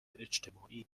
اجتماعی